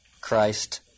Christ